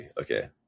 Okay